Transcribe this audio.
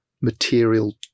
material